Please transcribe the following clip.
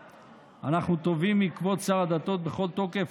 אנחנו תובעים מכבוד שר הדתות בכל תוקף